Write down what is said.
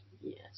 yes